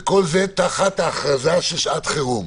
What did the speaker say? וכל זה תחת הכרזה של שעת חירום.